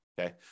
okay